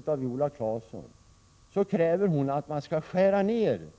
kräver Viola Claesson nedskärningar i väganslaget.